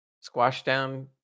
squash-down